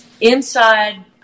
inside